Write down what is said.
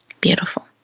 Beautiful